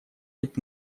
быть